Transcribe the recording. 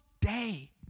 day